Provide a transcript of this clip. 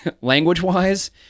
language-wise